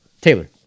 Taylor